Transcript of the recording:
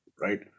right